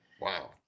wow